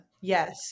Yes